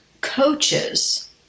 coaches